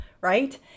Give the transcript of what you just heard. right